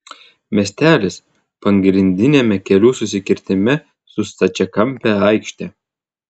miestelis pagrindiniame kelių susikirtime su stačiakampe aikšte